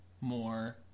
more